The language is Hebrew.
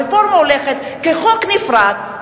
הרפורמה הולכת כחוק נפרד,